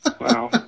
Wow